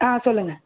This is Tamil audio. ஆ சொல்லுங்கள்